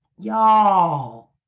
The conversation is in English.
Y'all